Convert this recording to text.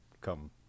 come